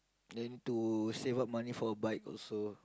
then to save up money for a bike also